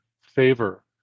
favor